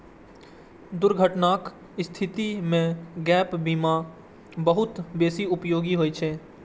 दुर्घटनाक स्थिति मे गैप बीमा बहुत बेसी उपयोगी होइ छै